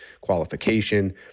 qualification